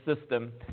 system